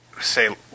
say